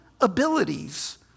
abilities